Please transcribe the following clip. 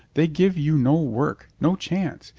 they give you no work, no chance.